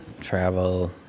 travel